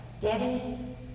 Debbie